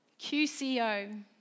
QCO